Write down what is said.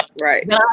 Right